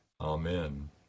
Amen